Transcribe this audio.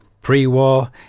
Pre-war